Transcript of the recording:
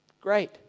Great